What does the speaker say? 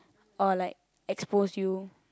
or like expose you